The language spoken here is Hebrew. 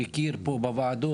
מכיר פה בוועדות,